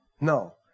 No